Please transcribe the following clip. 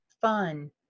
fun